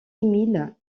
émile